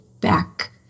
back